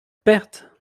perte